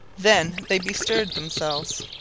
then they bestirred themselves.